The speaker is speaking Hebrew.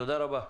תודה רבה.